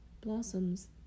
blossoms